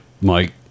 Mike